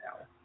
now